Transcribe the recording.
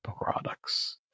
products